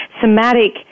somatic